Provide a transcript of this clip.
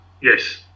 Yes